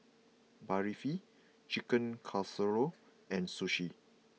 Barfi Chicken Casserole and Sushi